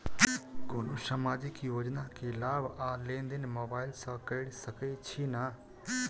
कोनो सामाजिक योजना केँ लाभ आ लेनदेन मोबाइल सँ कैर सकै छिःना?